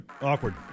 Awkward